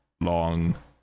long